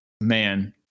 man